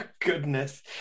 Goodness